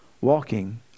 walking